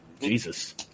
Jesus